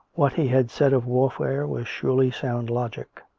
what he had said of warfare was surely sound logic.